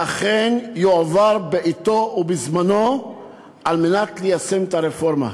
ואכן יועבר בעתו ובזמנו על מנת ליישם את הרפורמה.